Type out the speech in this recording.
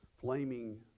flaming